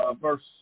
verse